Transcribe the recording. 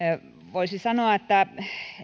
voisi sanoa että